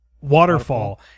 waterfall